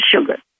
sugar